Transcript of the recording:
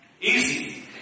easy